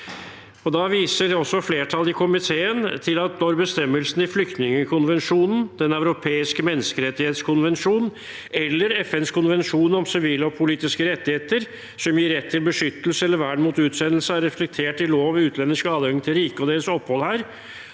viser også til at når bestemmelsene i flyktningkonvensjonen, Den europeiske menneskerettskonvensjon og FNs konvensjon om sivile og politiske rettigheter, som gir rett til beskyttelse eller vern mot utsendelse, er reflektert i lov om utlendingers adgang til riket og deres opphold her